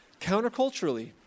counterculturally